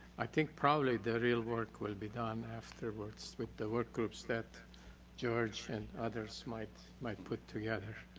i think probably the real work will be done afterwards with the work groups that george and others might might put together.